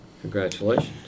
congratulations